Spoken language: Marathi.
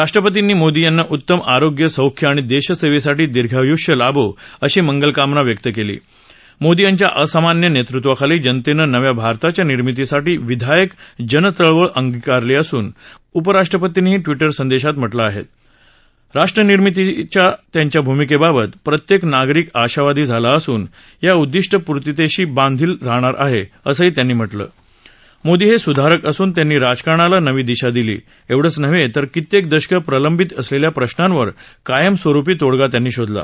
राष्ट्रपर्तींनी मोदी यांना उत्तम आरोग्य सौख्य आणि दक्षासवस्वाठी दीर्घायुष्य लाभो अशी मंगलकामना व्यक्त कली आह मोदी यांच्या असामान्य नवृत्वाखाली जनतब्रं नव्या भारताच्या निर्मितीसाठी विधायक जन चळवळ अंगीकारली आहप्र असं उपराष्ट्रपतींनी ट्विटर संदक्षात म्हटलं आह राष्ट्रनिर्मितीच्या त्यांच्या भूमिकवाबत प्रत्यक्ष नागरिक आशावादी झाला असून या उद्दिष्टपूर्तीशी बांधील झाला आहा़ असंही त्यांनी म्हटलं आहा मोदी ह सुधारक असून त्यांनी राजकारणाला नवी दिशा दिली एवढचं नव्ह तर कित्यक्क दशकं प्रलंबित असलह्या प्रश्नांवर कायमस्वरुपी तोडगा त्यांनी शोधला